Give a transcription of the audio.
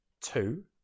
Two